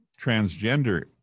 transgender